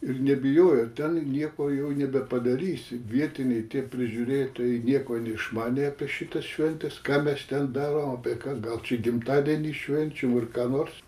ir nebijojo ten nieko jau nebepadarysi vietiniai tie prižiūrėtojai nieko neišmanė apie šitas šventes ką mes ten darom apie ką gal čia gimtadienį švenčiam ar ką nors